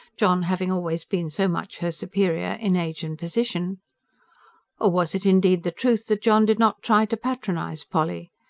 john having always been so much her superior in age and position. or was it indeed the truth that john did not try to patronise polly?